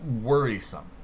worrisome